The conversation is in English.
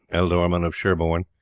ealdorman of sherborne,